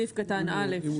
הקראה של סעיף 5. קדימה.